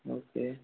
okay